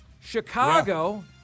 Chicago